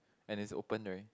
and is open right